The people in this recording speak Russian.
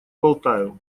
болтаю